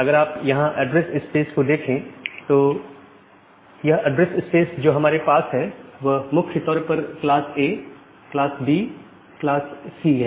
अगर आप यहां ऐड्रेस स्पेस को देखें तो यह ऐड्रेस स्पेस जो हमारे पास है वह मुख्य तौर पर क्लास A क्लास B और क्लास C है